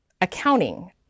accounting